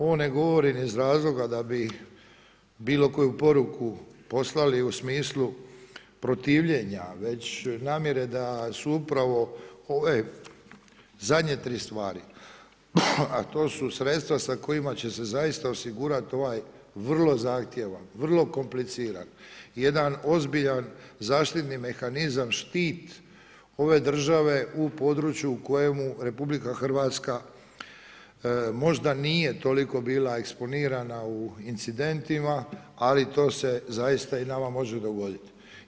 Ovo ne govorim iz razloga da bi bilo koju poruku poslali u smislu protivljenja već namjere da su upravo ove zadnje tri stvari a to su sredstva sa kojima će se zaista osigurati ovaj vrlo zahtjevan, vrlo kompliciran, jedan ozbiljan zaštitni mehanizam, štit ove države u području u kojemu RH možda nije toliko bila eksponirana u incidentima ali to se zaista i nama može dogoditi.